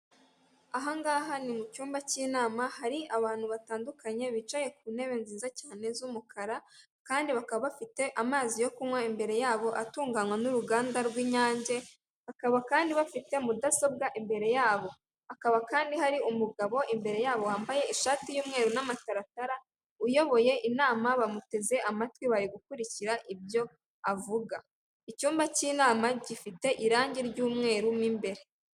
Ahangaha ni mu cyumba cy'inama hari abantu batandukanye bicaye ku ntebe nziza cyane z'umukara kandi bakaba bafite amazi yo kunywa imbere yabo atunganywa n'uruganda rw'inyange, bakaba kandi bafite mudasobwa imbere yabo, hakaba kandi hari umugabo imbere yabo wambaye ishati y'umweru n'amataratara uyoboye inama bamuteze amatwi bari gukurikira ibyo avuga icyumba cy'inama gifite irangi ry'umweru mu imbere.